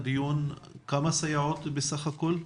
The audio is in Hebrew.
כמה סייעות יש בסך הכול?